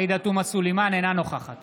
אינה נוכחת